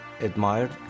admired